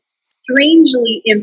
strangely